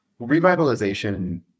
Revitalization